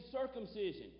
circumcision